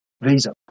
visa